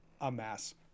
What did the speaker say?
amass